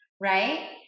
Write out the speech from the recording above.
right